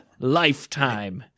lifetime